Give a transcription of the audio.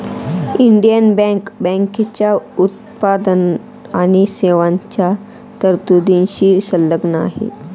Indian Bank बँकेची उत्पादन आणि सेवांच्या तरतुदींशी संलग्न आहे